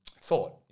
thought